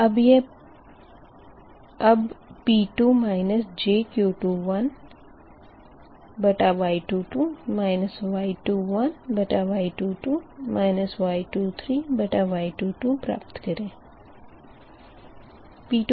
अब यह प्राप्त करें P2 jQ21Y22 Y21Y22 Y23Y22